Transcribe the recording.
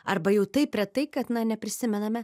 arba jau taip retai kada na neprisimename